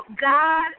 God